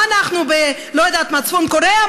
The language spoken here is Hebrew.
מה, אנחנו בלא יודעת מה, צפון קוריאה?